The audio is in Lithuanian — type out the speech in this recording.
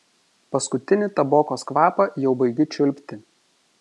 paskutinį tabokos kvapą jau baigiu čiulpti